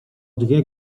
dwie